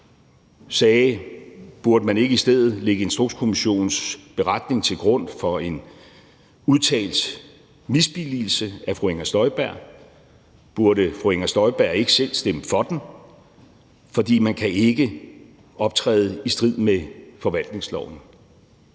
sagde: Burde man ikke i stedet lægge Instrukskommissionens beretning til grund for en udtalt misbilligelse af fru Inger Støjberg? Burde fru Inger Støjberg ikke selv stemme for den? For man kan ikke optræde i strid med forvaltningsloven.